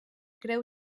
creu